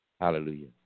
Hallelujah